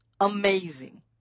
Amazing